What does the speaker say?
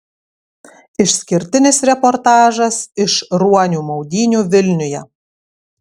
išskirtinis reportažas iš ruonių maudynių vilniuje